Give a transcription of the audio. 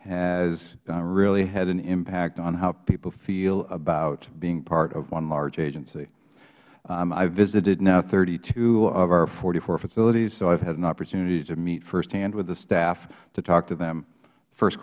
has really had an impact on how people feel about being part of one large agency i visited now thirty two of our forty four facilities so i have had an opportunity to meet firsthand with the staff to talk to them first